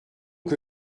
que